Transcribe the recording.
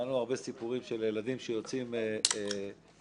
סיפורים של ילדים שיוצאים --- ב-06:00